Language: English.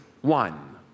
one